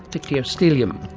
dictyostelium,